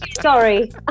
Sorry